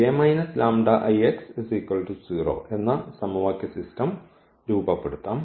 അതിനായി എന്ന സമവാക്യസിസ്റ്റം രൂപപ്പെടുത്താം